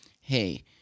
hey